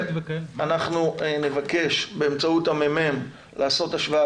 אנחנו נבקש באמצעות הממ"מ לעשות השוואה